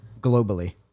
globally